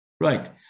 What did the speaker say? Right